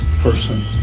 person